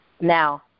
Now